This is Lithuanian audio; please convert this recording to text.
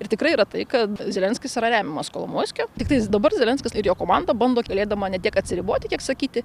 ir tikrai yra tai kad zelenskis yra remiamas kolomoiskio tiktais dabar zelenskis ir jo komanda bando galėdama ne tiek atsiriboti kiek sakyti